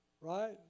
Right